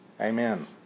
Amen